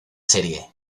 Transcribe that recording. serie